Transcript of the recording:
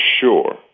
sure